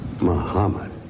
Muhammad